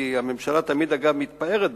הממשלה תמיד מתפארת,